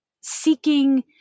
seeking